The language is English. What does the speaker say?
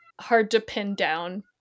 hard-to-pin-down